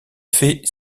fait